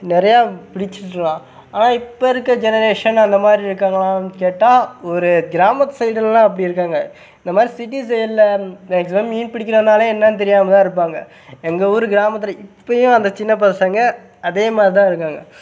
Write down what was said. நிறையா பிடிச்சுட்டெல்லாம் ஆனால் இப்போ இருக்கற ஜெனரேஷன் அந்த மாதிரி இருக்காங்களான்னு கேட்டால் ஒரு கிராமத்து சைடெல்லாம் அப்படி இருக்காங்க இந்த மாதிரி சிட்டி சைடில் மேக்ஸிமம் மீன் பிடிக்கிறதுனாலே என்னென்னு தெரியாமல் தான் இருப்பாங்க எங்கள் ஊர் கிராமத்தில் இப்பவும் அந்த சின்ன பசங்கள் அதே மாதிரிதான் இருக்காங்க